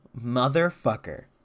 motherfucker